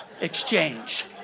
exchange